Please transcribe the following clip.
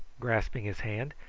grasping his hand.